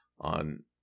on